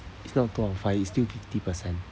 it's not two out of five it's still fifty percent